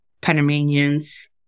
Panamanians